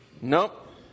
nope